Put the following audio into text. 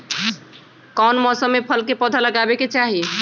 कौन मौसम में फल के पौधा लगाबे के चाहि?